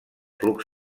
flux